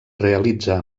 realitza